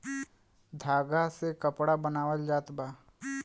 धागा से कपड़ा बनावल जात बा